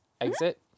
exit